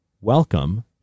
Welcome